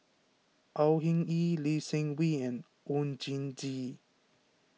Au Hing Yee Lee Seng Wee and Oon Jin Gee